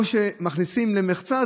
או שמכניסים למחצה,